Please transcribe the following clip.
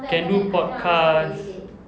can do podcast